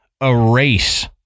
erase